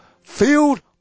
Field